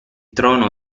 trono